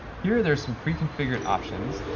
here, there's some preconfigured options.